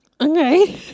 Okay